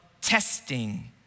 testing